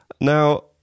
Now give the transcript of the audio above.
Now